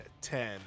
ten